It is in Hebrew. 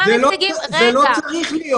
זה לא צריך להיות